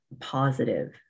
positive